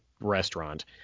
restaurant